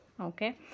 okay